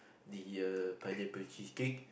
the uh pineapple cheesecake